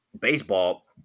baseball